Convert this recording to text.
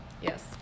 Yes